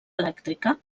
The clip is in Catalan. elèctrica